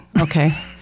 okay